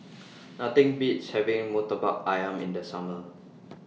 Nothing Beats having Murtabak Ayam in The Summer